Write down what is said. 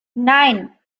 nein